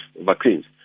vaccines